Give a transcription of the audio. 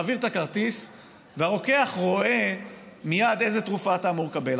מעביר את הכרטיס והרוקח רואה מייד איזו תרופה אתה אמור לקבל.